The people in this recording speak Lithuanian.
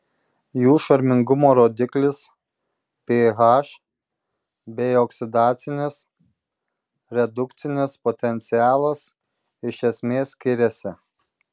jų šarmingumo rodiklis ph bei oksidacinis redukcinis potencialas iš esmės skiriasi